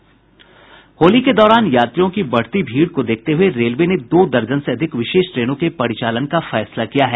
होली के दौरान यात्रियों की बढ़ती भीड़ को देखते हुए रेलवे ने दो दर्जन से अधिक विशेष ट्रेनों के परिचालन का निर्णय लिया है